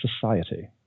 society